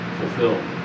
fulfilled